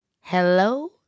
Hello